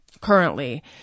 currently